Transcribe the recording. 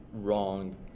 wrong